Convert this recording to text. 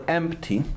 empty